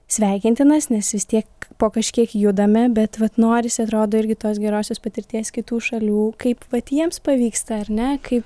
sveikintinas nes vis tiek po kažkiek judame bet vat norisi atrodo irgi tos gerosios patirties kitų šalių kaip vat jiems pavyksta ar ne kaip